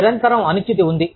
నిరంతరం అనిశ్చితి ఉంది